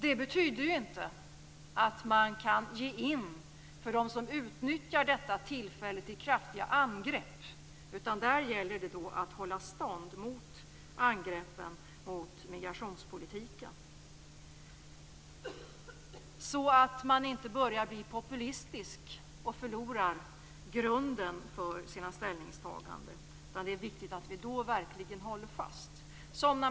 Man kan inte ge efter för dem som utnyttjar detta tillfälle till kraftiga angrepp, utan det gäller att hålla stånd mot angreppen på migrationspolitiken. Man får inte börja bli populistisk och förlora grunden för sina ställningstaganden utan måste då verkligen stå fast.